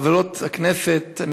חברות הכנסת,